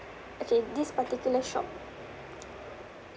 okay this particular shop